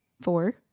four